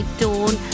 dawn